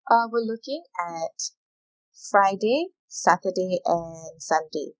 uh we're looking at friday saturday and sunday